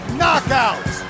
knockout